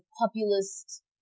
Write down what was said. populist